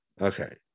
Okay